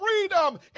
freedom